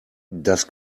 das